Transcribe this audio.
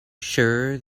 sure